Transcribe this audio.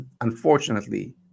unfortunately